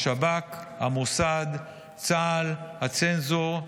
השב"כ, המוסד, צה"ל, הצנזור,